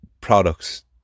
products